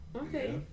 okay